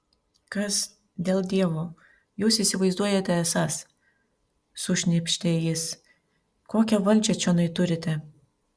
kas dėl dievo jūs įsivaizduojate esąs sušnypštė jis kokią valdžią čionai turite